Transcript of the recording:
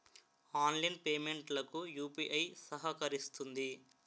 online payment లకు UPI సహకరిస్తుంది